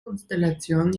konstellation